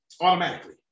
Automatically